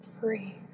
free